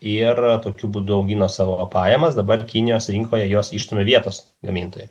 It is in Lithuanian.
ir tokiu būdu augino savo pajamas dabar kinijos rinkoje jos išstumia vietos gamintoją